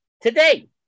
today